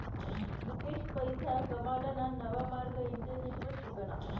मुकेश पैसा कमाडाना नवा मार्ग इंटरनेटवर शिकना